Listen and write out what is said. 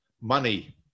money